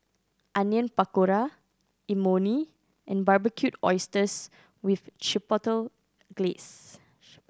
Onion Pakora Imoni and Barbecued Oysters with Chipotle Glaze